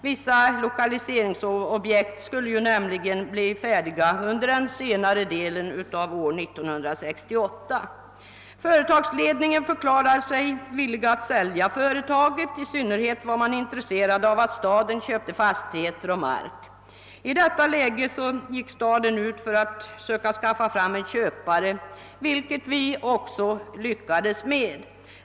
Vissa lokaliseringsobjekt skulle nämligen bli färdiga under senare delen av år 1968. Företagsledningen förklarade sig villig att sälja företaget i synnerhet var man intresserad av att staden förvärvade fastigheter och mark. I detta läge gick staden ut för att i sin tur söka skaffa fram en köpare, vilket vi också lyckades med.